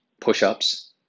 push-ups